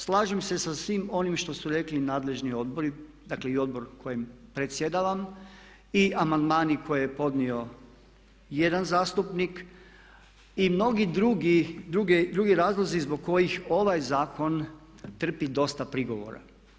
Slažem se sa svim onim što su rekli nadležni odbori, dakle i odbor kojim predsjedavam i amandmani koje je podnio jedan zastupnik i mnogi drugi razlozi zbog kojih ovaj zakon trpi dosta prigovora.